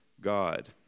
God